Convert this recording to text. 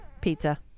Pizza